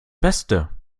beste